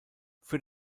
für